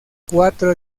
cuatro